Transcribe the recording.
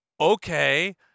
Okay